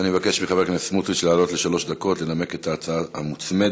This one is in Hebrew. אני מבקש מחבר הכנסת סמוטריץ לעלות לשלוש דקות לנמק את ההצעה המוצמדת